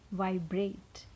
vibrate